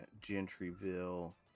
Gentryville